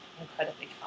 incredibly